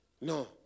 No